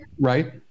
Right